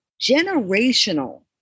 generational